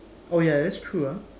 oh ya that's true ah